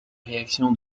réactions